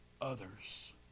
others